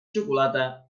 xocolata